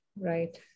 Right